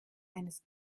eines